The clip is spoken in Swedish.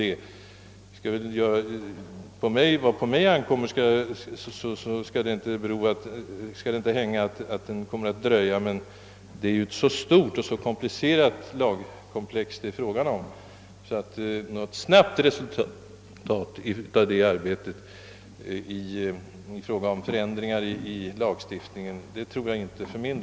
Men jag skall göra på vad mig ankommer för att den inte skall dröja längre än nödvändigt. Det är emellertid ett mycket stort och komplicerat lagkomplex det här gäller, och för min del tror jag därför inte på något snabbt resultat av arbetet med att ändra lagtexterna.